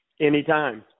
anytime